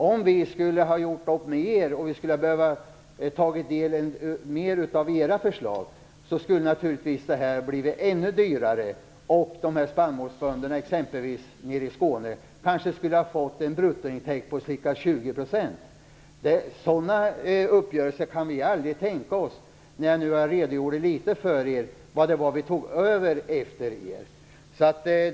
Om vi skulle ha gjort upp med er och hade behövt ta med mer av era förslag skulle uppgörelsen naturligtvis ha blivit ännu dyrare och exempelvis spannmålsbönderna nere i Skåne kanske skulle ha fått en bruttointäkt på ca 20 %. Sådana uppgörelser kan vi aldrig tänka oss. Jag redogjorde litet för vad det var vi tog över efter er.